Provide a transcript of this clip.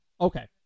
Okay